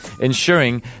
ensuring